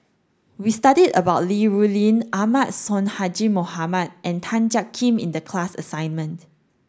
we studied about Li Rulin Ahmad Sonhadji Mohamad and Tan Jiak Kim in the class assignment